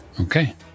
Okay